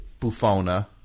buffona